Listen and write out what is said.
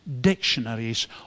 dictionaries